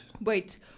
Wait